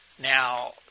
Now